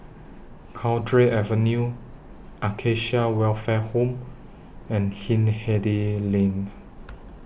Cowdray Avenue Acacia Welfare Home and Hindhede Lane